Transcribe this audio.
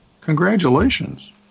Congratulations